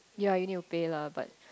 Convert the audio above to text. ya you need to pay lah but